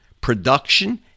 production